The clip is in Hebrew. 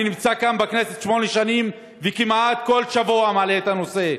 אני נמצא כאן בכנסת שמונה שנים וכמעט כל שבוע מעלה את הנושא.